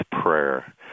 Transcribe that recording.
prayer